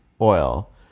oil